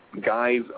guys